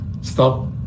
Stop